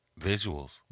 Visuals